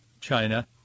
China